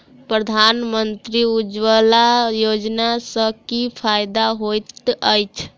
प्रधानमंत्री उज्जवला योजना सँ की फायदा होइत अछि?